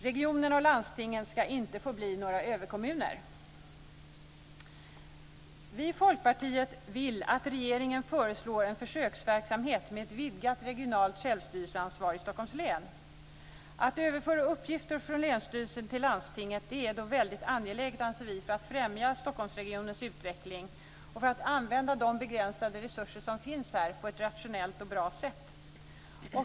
Regionerna och landstingen ska inte bli några "överkommuner". Vi i Folkpartiet vill att regeringen föreslår en försöksverksamhet med ett vidgat regionalt självstyrelseansvar i Stockholms län. Att överföra uppgifter från länsstyrelsen till landstingen är väldigt angeläget för att främja Stockholmsregionens utveckling och för att använda de begränsade resurser som finns här på ett rationellt sätt.